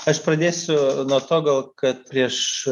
aš pradėsiu nuo to gal kad prieš